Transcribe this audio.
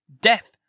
Death